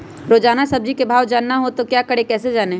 रोजाना सब्जी का भाव जानना हो तो क्या करें कैसे जाने?